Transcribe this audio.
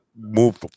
move